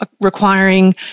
requiring